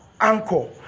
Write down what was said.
Anchor